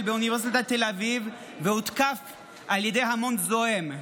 באוניברסיטת תל אביב והותקף על ידי המון זועם.